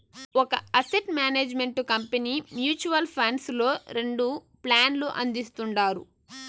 ఒక asset management company mutual funds లో రెండు ప్లాన్లు అందిస్తుండాది